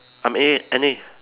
I'm A N_A